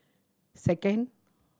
second